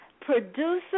producer